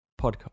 Podcast